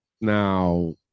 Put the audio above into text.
Now